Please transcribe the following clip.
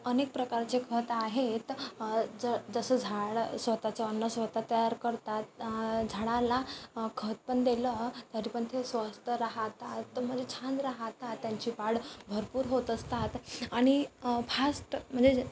अनेक प्रकारचे खत आहेत ज जसं झाड स्वतःचं अन्न स्वतः तयार करतात झाडाला खत पण देलं तरी पण ते स्वस्त राहतात म्हणजे छान राहतात त्यांची वाढ भरपूर होत असतात आणि फास्ट म्हणजे